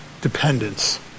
dependence